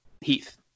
heath